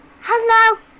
hello